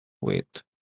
wait